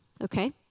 Okay